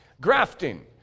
Grafting